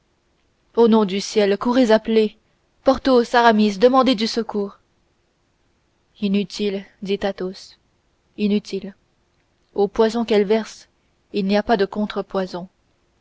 au nom du ciel courez appeler porthos aramis demandez du secours inutile dit athos inutile au poison qu'elle verse il n'y a pas de